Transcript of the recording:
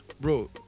bro